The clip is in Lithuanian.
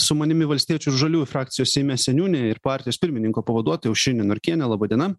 su manimi valstiečių ir žaliųjų frakcijos seime seniūnė ir partijos pirmininko pavaduotoja aušrinė norkienė laba diena